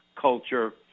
culture